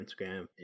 Instagram